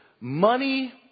Money